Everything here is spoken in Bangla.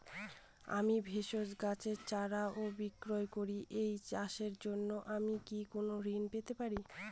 আমি ভেষজ গাছ চাষ ও বিক্রয় করি এই চাষের জন্য আমি কি কোন ঋণ পেতে পারি?